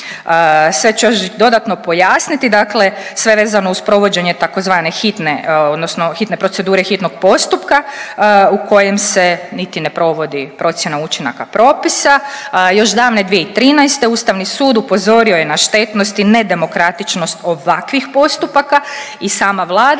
Sad ću još dodatno pojasniti, dakle sve vezano uz provođenje tzv. hitne odnosno hitne procedure i hitnog postupka u kojem se niti ne provodi procjena učinaka propisa još davne 2013. Ustavni sud upozorio je na štetnost i nedemokratičnost ovakvih postupaka i sama Vlada